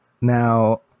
Now